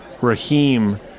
Raheem